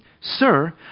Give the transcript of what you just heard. Sir